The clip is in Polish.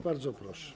Bardzo proszę.